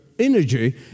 energy